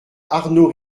arnaud